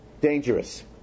Dangerous